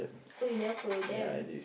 oh you never follow them